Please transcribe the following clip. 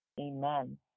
Amen